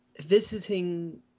visiting